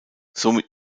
somit